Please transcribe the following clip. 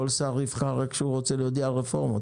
כל שר יבחר את הדרך בה הוא רוצה להודיע על רפורמה.